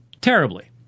terribly